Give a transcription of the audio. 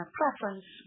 preference